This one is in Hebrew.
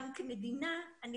גם כמדינה, ואני